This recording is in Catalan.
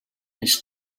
les